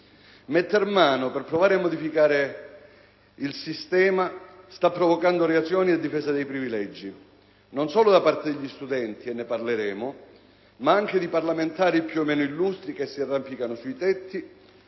Metter mano per provare a modificare il sistema sta provocando reazioni a difesa dei privilegi, non solo da parte degli studenti, e ne parleremo, ma anche di parlamentari più o meno illustri che si arrampicano sui tetti